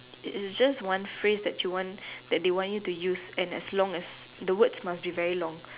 is just one phrase that you want that they want you to use and as along as the words must be very long